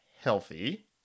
healthy